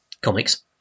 comics